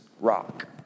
rock